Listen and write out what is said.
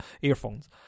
earphones